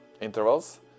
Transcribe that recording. intervals